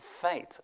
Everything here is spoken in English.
fate